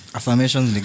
Affirmations